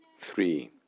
three